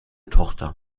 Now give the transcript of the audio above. tochter